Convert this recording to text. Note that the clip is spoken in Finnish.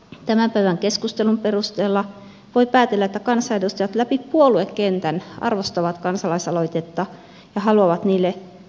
tämän päivän keskustelun perusteella voi päätellä että kansanedustajat läpi puoluekentän arvostavat kansalaisaloitteita ja haluavat niille perusteellisen käsittelyn